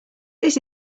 this